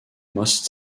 must